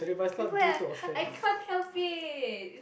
I can't help it